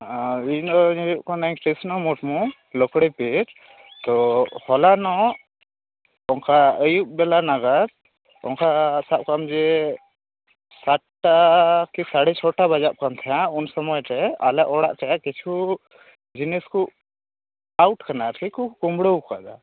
ᱚ ᱤᱧ ᱫᱚᱧ ᱦᱩᱭᱩᱜ ᱠᱟᱱᱟ ᱠᱤᱨᱥᱚᱱᱚ ᱢᱩᱨᱢᱩ ᱞᱚᱠᱲᱮᱠᱮᱥ ᱛᱚ ᱦᱚᱞᱟᱱᱚᱜ ᱚᱱᱠᱟ ᱟᱹᱭᱩᱵ ᱵᱮᱞᱟ ᱱᱟᱜᱟᱫᱽ ᱚᱱᱠᱟ ᱥᱟᱵᱠᱟᱜ ᱢᱮ ᱡᱮ ᱪᱟᱨᱴᱟ ᱠᱤ ᱥᱟᱲᱮ ᱪᱷᱚᱴᱟ ᱵᱟᱡᱟᱜ ᱠᱟᱱ ᱛᱟᱦᱮᱱᱟ ᱩᱱᱼᱥᱚᱢᱳᱭ ᱨᱮ ᱟᱞᱮ ᱚᱲᱟᱜ ᱨᱮ ᱠᱤᱪᱷᱩ ᱡᱤᱱᱤᱥ ᱠᱚ ᱟᱣᱩᱴ ᱟᱠᱟᱱᱟ ᱥᱮᱠᱚ ᱠᱩᱢᱲᱩ ᱟᱠᱟᱫᱟ